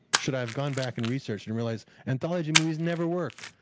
should i have gone back and researched and realized anthology movies never work?